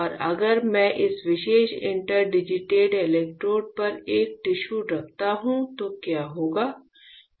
तो अगर मैं इस विशेष इंटरडिजिटेड इलेक्ट्रोड पर एक टिश्यू रखता हूं तो क्या होगा